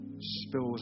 spills